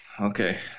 Okay